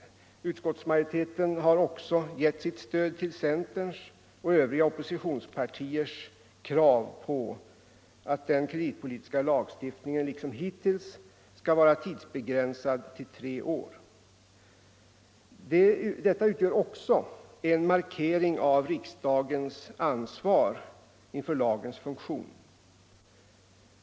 Utskottsmajoriteten har också gett sitt stöd till centerns — och övriga oppositionspartiers — krav på att den kreditpolitiska lagstiftningen, liksom hittills, skall vara tidsbegränsad till tre år. Detta utgör också en markering av riksdagens ansvar för lagens funktion.